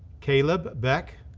caleb becht,